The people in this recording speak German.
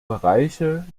bereiche